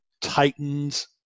Titans